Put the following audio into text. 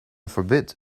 forbid